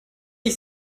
ich